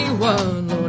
One